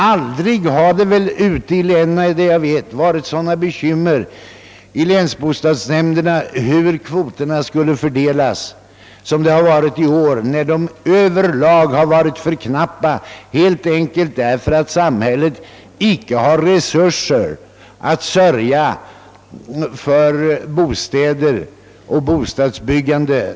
Aldrig förr har man, såvitt jag vet, i länsbostadsnämnderna haft så stora bekymmer för hur kvoterna skulle fördelas som man haft i år när de Över lag varit för knappa, helt enkelt därför att samhället icke har tillräckliga resurser att sörja för tillräckligt med bostäder och bostadsbyggande.